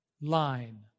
line